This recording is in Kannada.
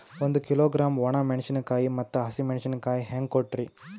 ಒಂದ ಕಿಲೋಗ್ರಾಂ, ಒಣ ಮೇಣಶೀಕಾಯಿ ಮತ್ತ ಹಸಿ ಮೇಣಶೀಕಾಯಿ ಹೆಂಗ ಕೊಟ್ರಿ?